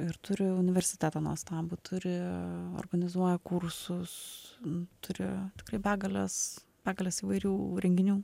ir turi universitetą nuostabų turi organizuoja kursus turi begales begales įvairių renginių